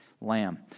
lamb